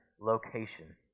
location